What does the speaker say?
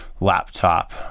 laptop